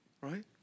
right